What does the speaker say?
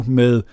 med